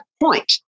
point